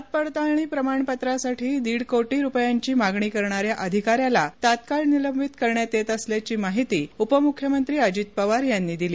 जात पडताळणी प्रमाणपत्रासाठी दीड कोटी रूपयांची मागणी करणान्या अधिकान्याला तात्काळ निलंबित करण्यात येत असल्याची माहिती उपमख्यमंत्री अजित पवार यांनी दिली